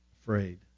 afraid